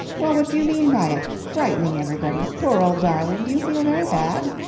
well, what do you mean by it? frightening everybody. poor old darling, do you feel very bad?